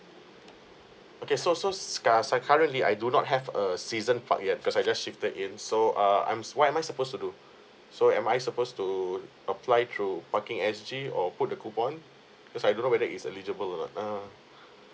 okay so so scarce ah currently I do not have a season park yet cause I just shifted in so uh I'm s~ what am I supposed to do so am I supposed to apply through parking S G or put the coupon because I don't know whether is eligible or not ah